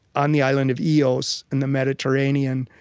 on the island of ios in the mediterranean,